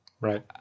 Right